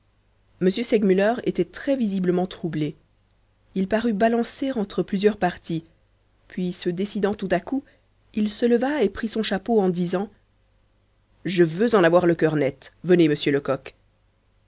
m segmuller était très visiblement troublé il parut balancer entre plusieurs partis puis se décidant tout à coup il se leva et prit son chapeau en disant je veux en avoir le cœur net venez monsieur lecoq